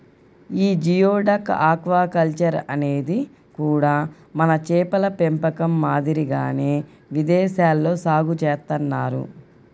యీ geoduck aquaculture అనేది కూడా మన చేపల పెంపకం మాదిరిగానే విదేశాల్లో సాగు చేత్తన్నారు